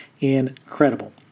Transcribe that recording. incredible